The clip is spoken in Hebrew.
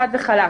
חד וחלק